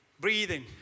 Breathing